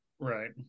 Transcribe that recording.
Right